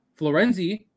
Florenzi